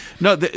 no